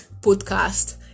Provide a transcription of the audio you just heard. podcast